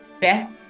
beth